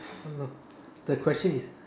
(uh huh) the question is